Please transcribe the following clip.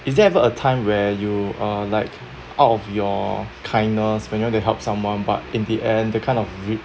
is there ever a time where you uh like out of your kindness when you want to help someone but in the end that kind of rid